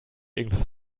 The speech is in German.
irgendwas